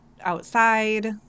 outside